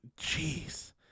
Jeez